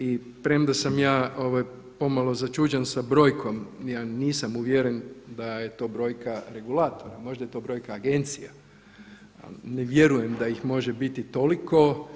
I premda sam ja pomalo začuđen sa brojkom, ja nisam uvjeren da je to brojka regulatora, možda je to brojka agencija, ali ne vjerujem da ih može biti toliko.